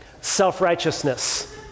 self-righteousness